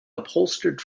upholstered